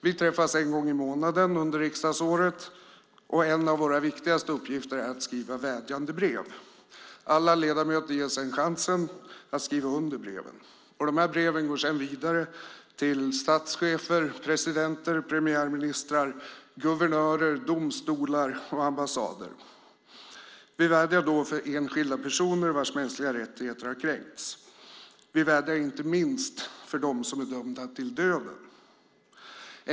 Vi träffas en gång i månaden under riksdagsåret, och en av våra viktigaste uppgifter är att skriva vädjandebrev. Alla ledamöter ges chansen att skriva under breven. Breven går sedan vidare till statschefer, presidenter, premiärministrar, guvernörer, domstolar och ambassader. Vi vädjar då för enskilda personer vilkas mänskliga rättigheter har kränkts. Vi vädjar inte minst för dem som är dömda till döden.